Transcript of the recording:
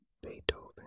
Beethoven